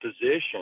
position